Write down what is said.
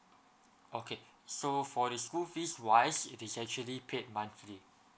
okay so for the school fees wise it is actually paid monthly